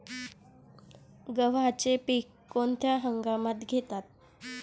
गव्हाचे पीक कोणत्या हंगामात घेतात?